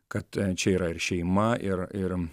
kad čia yra ir šeima ir ir